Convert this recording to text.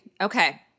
Okay